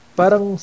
parang